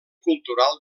cultural